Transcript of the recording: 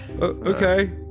Okay